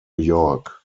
york